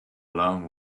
long